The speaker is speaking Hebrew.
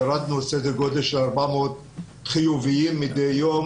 ירדנו לסדר גודל של 400 חיוביים מדי יום